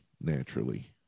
naturally